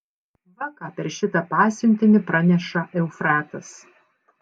va ką per šitą pasiuntinį praneša eufratas